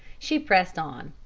she pressed on.